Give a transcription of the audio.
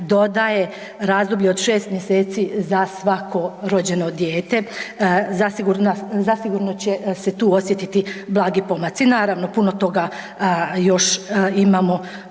dodaje razdoblje od 6 mjeseci za svako rođeno dijete. Zasigurno će se tu osjetiti blagi pomaci. Naravno puno toga još imamo